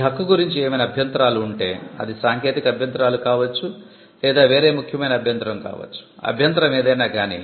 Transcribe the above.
ఈ హక్కు గురించి ఏమైనా అభ్యంతరాలు ఉంటే అది సాంకేతిక అభ్యంతరాలు కావచ్చు లేదా వేరే ముఖ్యమైన అభ్యంతరం కావచ్చు అభ్యంతరం ఏదైనా గానీ